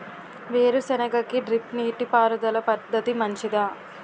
వేరుసెనగ కి డ్రిప్ నీటిపారుదల పద్ధతి మంచిదా?